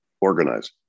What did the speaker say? organize